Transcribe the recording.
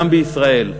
גם בישראל.